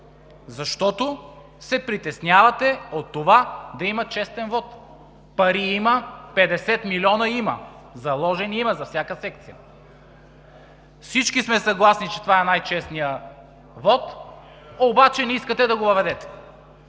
Защото се притеснявате от това да има честен вот! Пари има – 50 милиона има, заложени има за всяка секция. Всички сме съгласни, че това е най-честният вот… ПЛАМЕН МАНУШЕВ (ГЕРБ, от